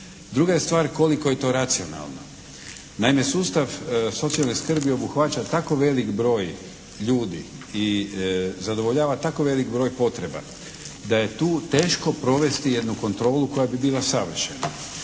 Druga je stvar koliko je to racionalno. Naime sustav socijalne skrbi obuhvaća tako velik broj ljudi i zadovoljava tako veliki broj potreba da je tu teško provesti jednu kontrolu koja bi bila savršena.